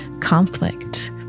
conflict